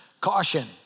Caution